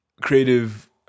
creative